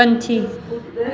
ਪੰਛੀ